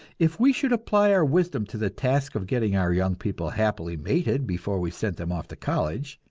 if we should apply our wisdom to the task of getting our young people happily mated before we sent them off to college,